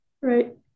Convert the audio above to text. Right